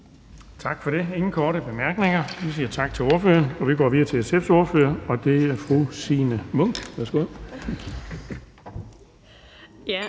Tak for det. Der er ingen korte bemærkninger. Vi siger tak til ordføreren og går videre til SF's ordfører. Det er fru Signe Munk. Værsgo.